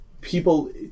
People